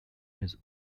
his